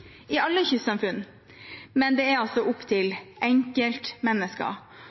i alle kystsamfunn. Men det er altså opp til enkeltmennesker.